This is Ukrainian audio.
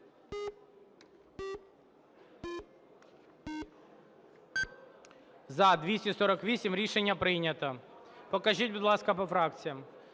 За-248 Рішення прийнято. Покажіть, будь ласка, по фракціях.